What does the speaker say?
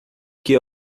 que